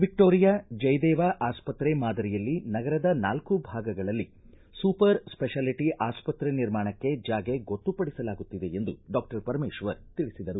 Victoria Jayadeva ಆಸ್ಪತ್ತೆ ಮಾದರಿಯಲ್ಲಿ ನಗರದ ನಾಲ್ಕು ಭಾಗಗಳಲ್ಲಿ ಸೂಪರ್ ಸ್ಪೆಷಾಲಿಟ ಆಸ್ಪತ್ರೆ ನಿರ್ಮಾಣಕ್ಕೆ ಜಾಗೆ ಗೊತ್ತು ಪಡಿಸಲಾಗುತ್ತಿದೆ ಎಂದು ಡಾಕ್ಟರ್ ಪರಮೇಶ್ವರ್ ತಿಳಿಸಿದರು